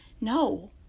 No